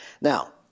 Now